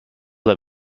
let